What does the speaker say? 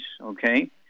okay